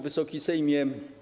Wysoki Sejmie!